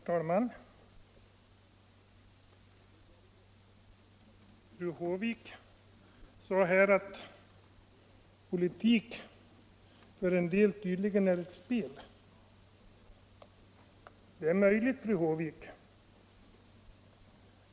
Herr talman! Fru Håvik sade att politik för en del tydligen är ett spel. Det är möjligt, fru Håvik.